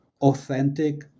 authentic